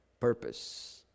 purpose